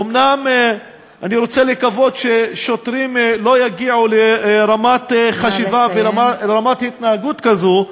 אומנם אני רוצה לקוות ששוטרים לא יגיעו לרמת חשיבה ורמת התנהגות כזאת,